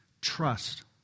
trust